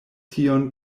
tion